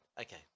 okay